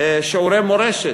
שיעורי מורשת,